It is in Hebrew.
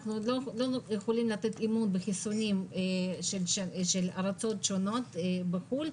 אנחנו לא יכולים לתת אימון בחיסונים של ארצות שונות בחו"ל,